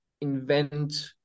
invent